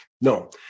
No